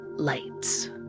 lights